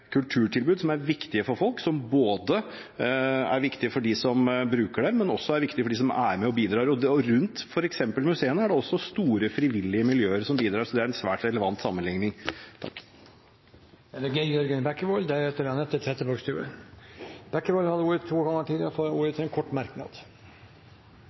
kulturtilbud som er viktig for folk, som er viktig for dem som bruker dem, og det er også viktig for dem som er med og bidrar. Og rundt f.eks. museene er det også store frivillige miljøer som bidrar, så det er en svært relevant sammenlikning. Representanten Geir Jørgen Bekkevold har hatt ordet to ganger tidligere og får ordet til en kort merknad,